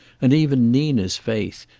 and even nina's faith,